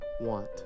want